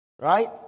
right